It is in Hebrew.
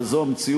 אבל זו המציאות,